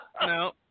No